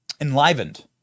enlivened